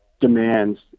demands